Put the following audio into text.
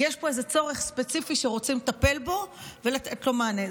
כי יש פה איזה צורך ספציפי שרוצים לטפל בו ולתת לו מענה.